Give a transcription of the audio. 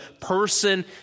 person